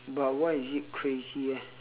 but why is it crazy eh